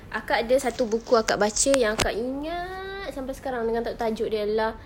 akak ada satu buku akak baca yang akak ingat sampai sekarang dengan tajuk tajuk dia adalah